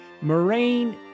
Moraine